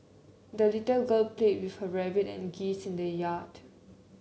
the little girl played with her rabbit and geese in the yard